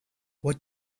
what